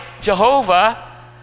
Jehovah